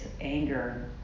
anger